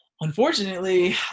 Unfortunately